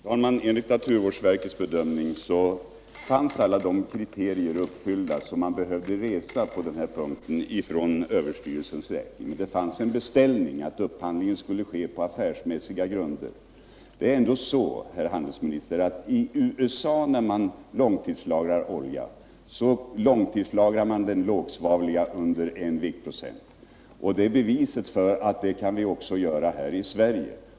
Herr talman! Enligt naturvårdsverkets bedömning var alla de kriterier uppfyllda som man behövde resa på den här punkten från överstyrelsens sida. Men det fanns en beställning från regeringen som innebar att upphandlingen skulle ske på affärsmässiga grunder. I USA långtidslagrar man lågsvavlig olja, som har en svavelhalt under en viktprocent. Det kan vi göra också här i Sverige.